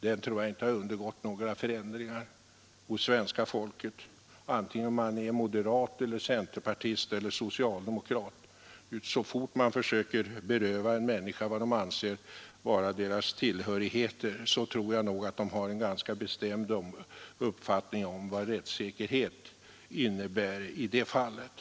Detta tror jag inte har undergått några förändringar hos svenska folket, vare sig det gäller moderater, centerpartister eller socialdemokrater. Jag tror att så fort man försöker beröva människor vad de anser vara deras tillhörigheter, så har de en ganska bestämd uppfattning om vad rättssäkerhet innebär i det fallet.